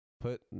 put